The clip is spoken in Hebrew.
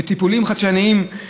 בטיפולים חדשניים,